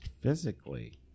physically